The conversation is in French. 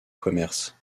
commerce